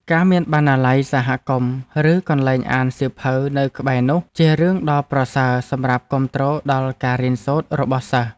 ការមានបណ្ណាល័យសហគមន៍ឬកន្លែងអានសៀវភៅនៅក្បែរនោះជារឿងដ៏ប្រសើរសម្រាប់គាំទ្រដល់ការរៀនសូត្ររបស់សិស្ស។